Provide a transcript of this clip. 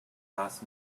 last